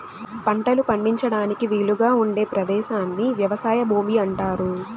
పంటలు పండించడానికి వీలుగా ఉండే పదేశాన్ని వ్యవసాయ భూమి అంటారు